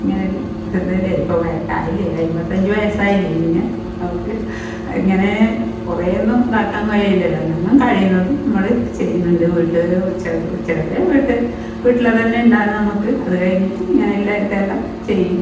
ഇങ്ങനെയുള്ള ഇതെല്ലേ ഇപ്പ വയസ്സ് ആയില്ലേ അൻപത്തഞ്ച് വയസ്സായില്ലേ പിന്നെ നമുക്ക് ഇങ്ങനെ കുറേ ഒന്നും ഇതാക്കാൻ കഴിയില്ലല്ലോ എന്നെങ്ങും കഴിയുന്നതും നമ്മൾ ചെയ്യുന്നുണ്ട് വീട്ട ഉച്ച ഉച്ച വരെ വീട്ട് വീട്ടിൽ തന്നെ ഉണ്ടാകുന്നു നമുക്ക് അത് കഴിഞ്ഞിട്ട് ഇങ്ങനെയുള്ള ഇതെല്ലാം ചെയ്യും